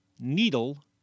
needle